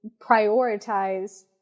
prioritize